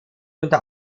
unter